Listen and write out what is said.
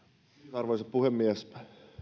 arvoisa puhemies